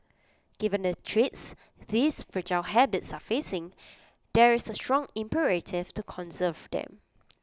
given the threats these fragile habitats are facing there is A strong imperative to conserve them